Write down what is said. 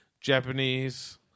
Japanese